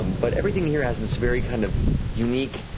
um but everything here has this very kind of unique,